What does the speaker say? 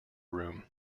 room